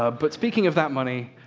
ah but speaking of that money,